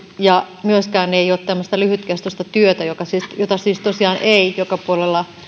ja myöskään ei ole tämmöistä lyhytkestoista työtä jota siis jota siis tosiaan ei joka puolella